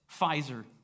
Pfizer